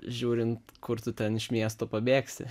žiūrint kur tu ten iš miesto pabėgsi